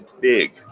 big